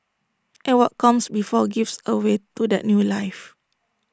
and what comes before gives A way to that new life